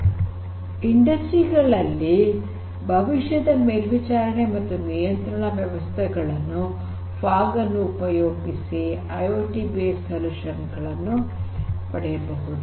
ಕೈಗಾರಿಕೆಗಳಲ್ಲಿ ಭವಿಷ್ಯದ ಮೇಲ್ವಿಚಾರಣೆ ಮತ್ತು ನಿಯಂತ್ರಣ ವ್ಯವಸ್ಥೆಗಳಿಗೆ ಫಾಗ್ ಅನ್ನು ಉಪಯೋಗಿಸಿ ಐಐಓಟಿ ಬೇಸ್ಡ್ ಸೊಲ್ಯೂಷನ್ ಗಳನ್ನು ಪಡೆಯಬಹುದು